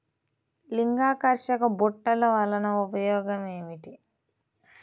లింగాకర్షక బుట్టలు వలన ఉపయోగం ఏమిటి?